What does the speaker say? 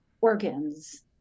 organs